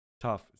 Tough